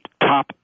top